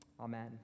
Amen